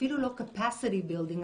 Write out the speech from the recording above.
אפילו לא capacity building,